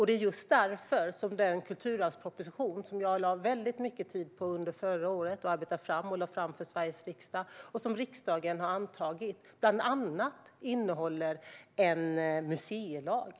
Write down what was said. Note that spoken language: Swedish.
Det är just därför som kulturarvspropositionen - som jag lade väldigt mycket tid på under förra året, arbetade fram och lade fram för Sveriges riksdag och som riksdagen har antagit - bland annat innehåller en museilag.